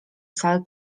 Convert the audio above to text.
sal